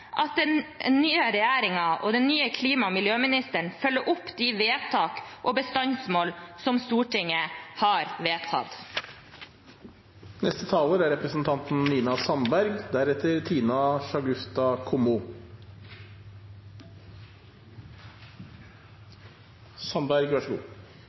at den nye regjeringen og den nye klima- og miljøministeren følger opp de vedtak og bestandsmål som Stortinget har vedtatt.